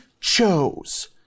chose